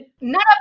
None